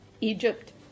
Egypt